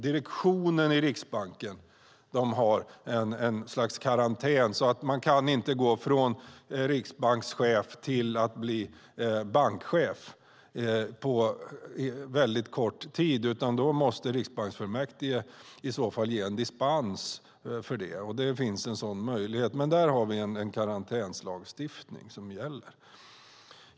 Direktionen i Riksbanken har en karantän, och man kan inte gå från riksbankschef till bankchef på kort tid. Då måste riksbanksfullmäktige i så fall ge dispens, och det är en möjlighet. Här har vi alltså en karantänlagstiftning som gäller.